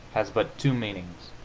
has but two meanings.